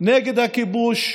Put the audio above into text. נגד הכיבוש,